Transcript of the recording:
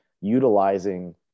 utilizing